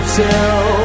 tell